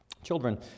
Children